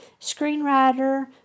screenwriter